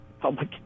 public